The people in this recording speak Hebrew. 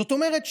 זאת אומרת,